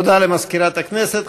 תודה למזכירת הכנסת.